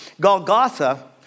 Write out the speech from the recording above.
Golgotha